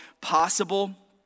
possible